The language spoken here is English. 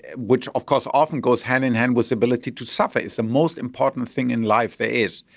which of course often goes hand-in-hand with the ability to suffer. it's the most important thing in life there is.